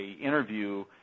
interview